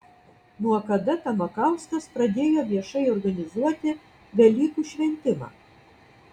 nuo kada tamakauskas pradėjo viešai organizuoti velykų šventimą